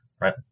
right